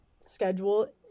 schedule